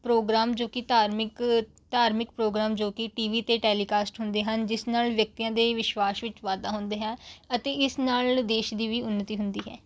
programme ਜੋ ਕਿ ਧਾਰਮਿਕ ਧਾਰਮਿਕ ਪ੍ਰੋਗਰਾਮ ਜੋ ਕਿ ਟੀ ਵੀ 'ਤੇ ਟੈਲੀਕਾਸਟ ਹੁੰਦੇ ਹਨ ਜਿਸ ਨਾਲ ਵਿਅਕਤੀਆਂ ਦੇ ਵਿਸ਼ਵਾਸ ਵਿੱਚ ਵਾਧਾ ਹੁੰਦਾ ਹੈ ਅਤੇ ਇਸ ਨਾਲ ਦੇਸ਼ ਦੀ ਵੀ ਉੱਨਤੀ ਹੁੰਦੀ ਹੈ